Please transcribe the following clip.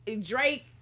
Drake